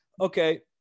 okay